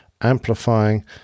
amplifying